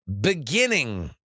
beginning